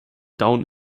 down